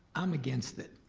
i'm against it.